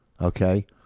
Okay